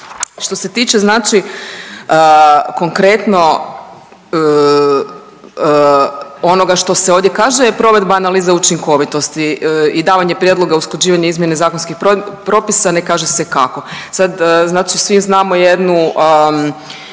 Što se tiče znači konkretno onoga što se ovdje kaže je provedba analiza učinkovitosti i davanje prijedlog usklađivanje izmjene zakonskih propisa, ne kaže se kako. Sad znači svi